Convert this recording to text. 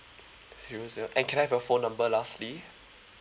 zero zero and can I have your phone number lastly